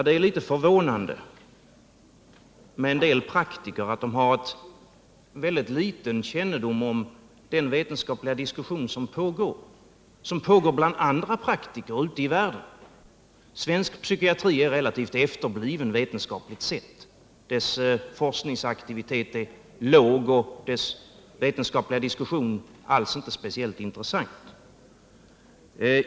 Det är litet förvånande att en del praktiker har så liten kännedom om den vetenskapliga diskussion som pågår bland andra praktiker ute i världen. Svensk psykiatri är relativt efterbliven vetenskapligt sett. Dess forskningsaktivitet är låg och dess vetenskapliga diskussion alls inte speciellt intressant.